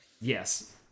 Yes